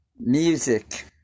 music